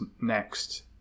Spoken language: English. next